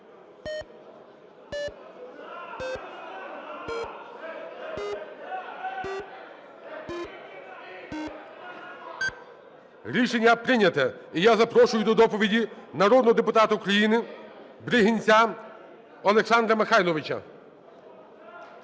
Рішення прийнято. І я запрошую до доповіді народного депутата України Бригинця Олександра Михайловича.